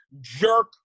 jerk